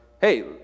Hey